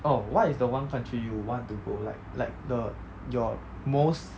oh what is the one country you want to go like like the your most